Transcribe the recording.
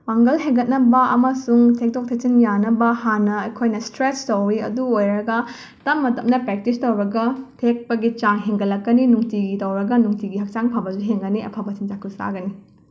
ꯄꯥꯡꯒꯜ ꯍꯦꯟꯒꯠꯅꯕ ꯑꯃꯁꯨꯡ ꯊꯦꯛꯇꯣꯛ ꯊꯦꯛꯆꯤꯟ ꯌꯥꯅꯕ ꯍꯥꯟꯅ ꯑꯈꯣꯏꯅ ꯁꯇ꯭ꯔꯦꯁ ꯇꯧꯋꯤ ꯑꯗꯨ ꯑꯣꯏꯔꯒ ꯇꯞꯅ ꯇꯞꯅ ꯄ꯭ꯔꯦꯛꯇꯤꯁ ꯇꯧꯔꯒ ꯊꯦꯛꯄꯒꯤ ꯆꯥꯡ ꯍꯦꯡꯒꯠꯂꯛꯀꯅꯤ ꯅꯨꯡꯇꯤꯒꯤ ꯇꯧꯔꯒ ꯅꯨꯡꯇꯤꯒꯤ ꯍꯛꯆꯥꯡ ꯐꯕꯖꯨ ꯍꯦꯟꯒꯅꯤ ꯑꯐꯕ ꯆꯤꯟꯖꯥꯛꯁꯨ ꯆꯥꯒꯅꯤ